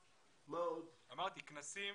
כנסים.